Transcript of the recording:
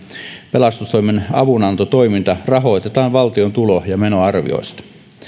pelastustoimen avunantotoiminta rahoitetaan valtion tulo ja menoarvioista